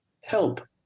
help